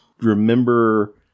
Remember